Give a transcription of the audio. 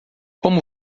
como